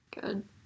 good